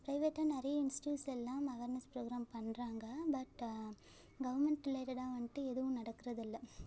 ப்ரைவேட்டாக நிறைய இன்ஸ்ட்யூஸ் எல்லாம் அவார்னஸ் ப்ரோக்ராம் பண்ணுறாங்க பட் கவுர்மெண்ட் ரிலேட்டடாக வந்துட்டு எதுவும் நடக்குறதில்லை